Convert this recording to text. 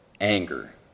anger